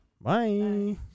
Bye